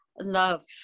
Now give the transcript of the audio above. love